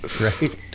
Right